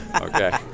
okay